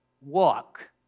Walk